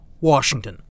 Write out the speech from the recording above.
Washington